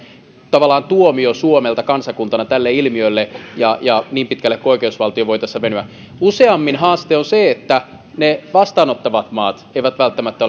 tavallaan tuomio suomelta kansakuntana tälle ilmiölle ja ja niin pitkälle kuin oikeusvaltio voi tässä venyä useammin haaste on se että ne vastaanottavat maat eivät välttämättä